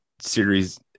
series